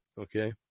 Okay